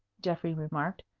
geoffrey remarked,